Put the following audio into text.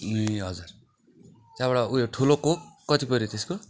ए हजर त्यहाँबाट उयो ठुलो कोक कति पऱ्यो त्यसको